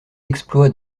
exploits